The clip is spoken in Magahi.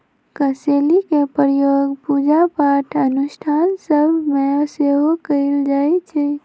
कसेलि के प्रयोग पूजा पाठ अनुष्ठान सभ में सेहो कएल जाइ छइ